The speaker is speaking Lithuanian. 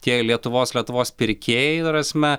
tie lietuvos lietuvos pirkėjai ta prasme